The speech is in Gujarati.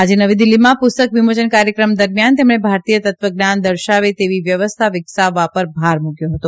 આજે નવી દિલ્હીમાં પુસ્તક વિમોચન કાર્યક્રમ દરમિથાન તેમણે ભારતીય તત્વજ્ઞાન દર્શાવે તેવી વ્યવસ્થા વિકસાવવા પર ભાર મુકથો હતો